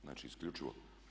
Znači isključivo.